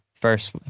first